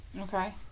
Okay